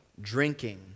drinking